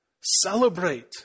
Celebrate